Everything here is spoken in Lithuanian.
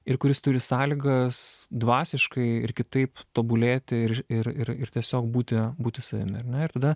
ir kuris turi sąlygas dvasiškai ir kitaip tobulėti ir ir ir ir tiesiog būti būti savimi ar ne ir tada